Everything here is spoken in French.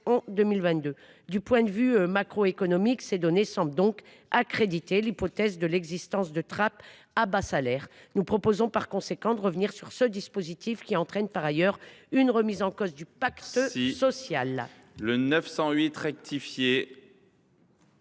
en 2022. Du point de vue macroéconomique, ces données semblent donc accréditer l’hypothèse de l’existence de trappes à bas salaires. Nous proposons par conséquent de revenir sur ce dispositif, qui entraîne par ailleurs une remise en cause du pacte social.